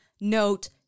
note